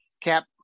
Cap